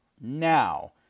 Now